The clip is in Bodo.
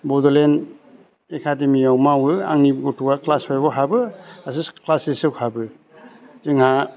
बड'लेण्ड एकाडेमियाव मावो आंनि गथ'आ क्लास फाइभआव हाबो सासे क्लास सिक्साव हाबो जोंहा